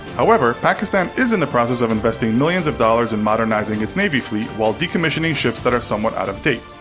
however, pakistan is in the process of investing millions of dollars in modernizing modernizing its navy fleet, while decommissioning ships that are somewhat out of date.